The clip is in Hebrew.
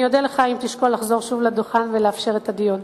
אני אודה לך אם תשקול לחזור שוב לדוכן ולאפשר את הדיון.